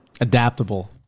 Adaptable